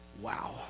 Wow